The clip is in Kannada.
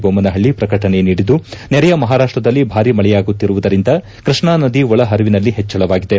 ಬೊಮ್ನಹಳ್ಳ ಪ್ರಕಟಣೆ ನೀಡಿದ್ದು ನೆರೆಯ ಮಹಾರಾಷ್ಷದಲ್ಲಿ ಭಾರೀ ಮಳೆಯಾಗುತ್ತಿರುವುದರಿಂದ ಕೃಷ್ಣಾ ನದಿ ಒಳಹರಿವಿನಲ್ಲಿ ಹೆಚ್ಚಳವಾಗಿದೆ